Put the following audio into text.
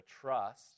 trust